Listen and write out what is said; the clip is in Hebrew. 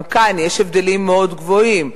גם כאן יש הבדלים מאוד גדולים.